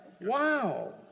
Wow